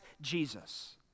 Jesus